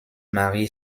mary